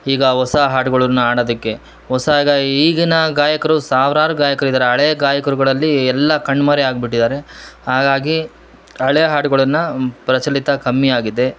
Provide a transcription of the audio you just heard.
ಈಗ ಹೊಸ ಹಾಡುಗೊಳುನ್ನ ಹಾಡದಿಕ್ಕೆ ಹೊಸಾಗ ಈಗಿನ ಗಾಯಕರು ಸಾವ್ರಾರು ಗಾಯಕರಿದ್ದಾರೆ ಹಳೇ ಗಾಯಕರುಗಳಲ್ಲಿ ಎಲ್ಲಾ ಕಣ್ಮರೆ ಆಗ್ಬಿಟ್ಟಿದ್ದಾರೆ ಹಾಗಾಗಿ ಹಳೆ ಹಾಡ್ಗಳುನ್ನ ಪ್ರಚಲಿತ ಕಮ್ಮಿಯಾಗಿದೆ